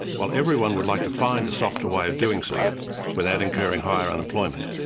while everyone would like to find a softer way of doing so without incurring higher unemployment,